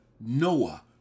Noah